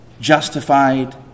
justified